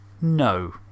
No